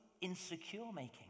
insecure-making